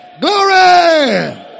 Glory